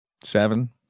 seven